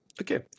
Okay